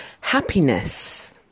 Happiness